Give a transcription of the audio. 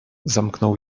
zamknął